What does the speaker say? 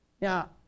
Now